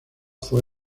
fue